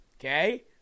Okay